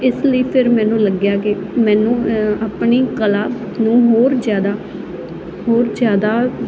ਇਸ ਲਈ ਫਿਰ ਮੈਨੂੰ ਲੱਗਿਆ ਕਿ ਮੈਨੂੰ ਆਪਣੀ ਕਲਾ ਨੂੰ ਹੋਰ ਜ਼ਿਆਦਾ ਹੋਰ ਜ਼ਿਆਦਾ